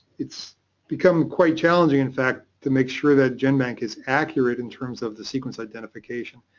it's become quite challenging in fact to make sure that genbank is accurate in terms of the sequence identification.